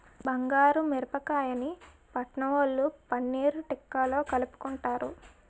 బెంగుళూరు మిరపకాయని పట్నంవొళ్ళు పన్నీర్ తిక్కాలో కలుపుకుంటారు